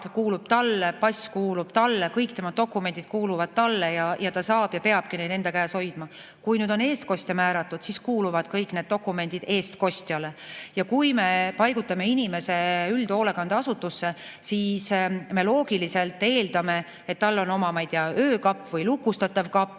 kuulub talle, pass kuulub talle, kõik tema dokumendid kuuluvad talle ja ta saab ja peabki neid enda käes hoidma. Kui aga on eestkostja määratud, siis kuuluvad kõik need dokumendid eestkostjale. Ja kui me paigutame inimese üldhoolekandeasutusse, siis me loogiliselt eeldame, et tal on seal oma öökapp või lukustatav kapp